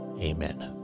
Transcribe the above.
Amen